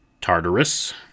Tartarus